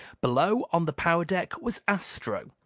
below, on the power deck, was astro,